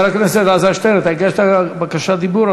חבר הכנסת אלעזר שטרן, אתה הגשת בקשת דיבור.